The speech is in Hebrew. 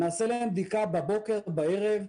נעשה להם בדיקה בבוקר ובערב,